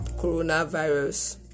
coronavirus